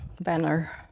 banner